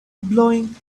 elbowing